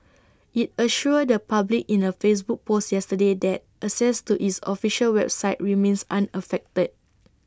IT assured the public in A Facebook post yesterday that access to its official website remains unaffected